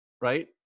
Right